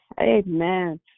Amen